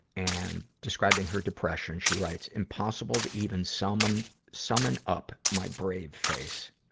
and, describing her depression, she writes, impossible to even summon summon up my brave face.